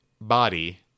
body